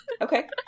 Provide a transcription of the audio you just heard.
Okay